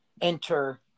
enter